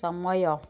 ସମୟ